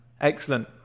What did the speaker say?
Excellent